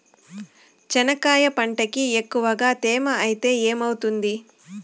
చెనక్కాయ పంటకి ఎక్కువగా తేమ ఐతే ఏమవుతుంది?